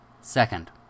Second